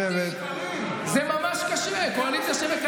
להסתכל על קואליציה שעושה,